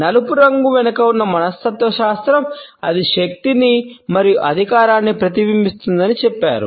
నలుపు రంగు వెనుక ఉన్న మనస్తత్వశాస్త్రం అది శక్తిని మరియు అధికారాన్ని ప్రతిబింబిస్తుందని చెప్పారు